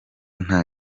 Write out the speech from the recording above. nta